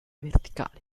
verticali